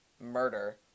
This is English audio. murder